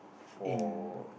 in